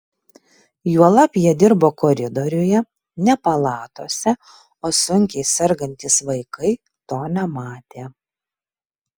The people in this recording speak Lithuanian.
juolab jie dirbo koridoriuje ne palatose o sunkiai sergantys vaikai to nematė